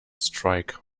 strike